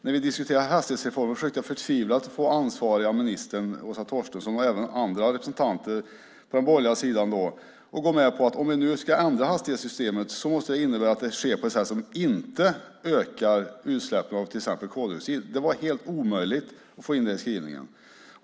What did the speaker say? När vi diskuterade hastighetsreformen försökte jag förtvivlat få den ansvariga ministern, Åsa Torstensson, och även andra representanter för den borgerliga sidan att gå med på att om vi ska ändra hastighetssystemet måste det ske på ett sätt som inte ökar utsläppen av till exempel koldioxid. Det var helt omöjligt att få med den skrivningen.